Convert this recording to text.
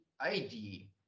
ID